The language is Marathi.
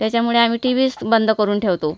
त्याच्यामुळे आम्ही टी वीच बंद करून ठेवतो